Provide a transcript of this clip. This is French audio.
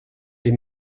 les